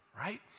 right